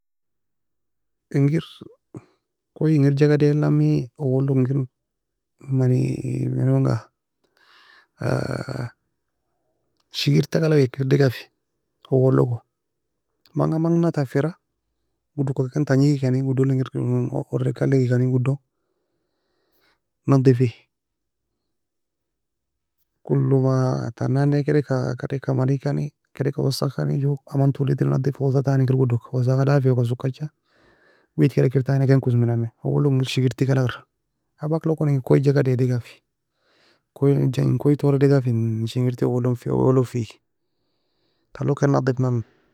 Engir koye engir jagud ela me awal log engir mani mena manga shegirta galag eka degafi اول logo manga aman na tuffiera goudo ka ken tangie ken kany gudo la engir urak kalaik goudo nadifi. Kolo man tan nan ne kedika kedika manie kani kefika وسخ kani joue aman toue ledier, nadifosa tani kir goudo وساخة dafi. Talo sokecha widkir ekir tani ken kosmi namie awal log engir shigirti galagra abak logon engir koye jagad ea degafie koye en koye toe degafi shegiry اول lofi اول lofi. Talog ken nadif namie